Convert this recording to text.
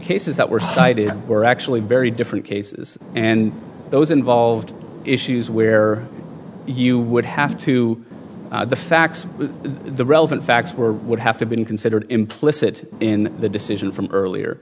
cases that were cited were actually very different cases and those involved issues where you would have to the facts with the relevant facts were would have to be considered implicit in the decision from earlier